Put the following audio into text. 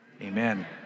amen